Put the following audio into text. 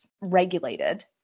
regulated